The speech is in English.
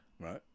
Right